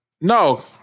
No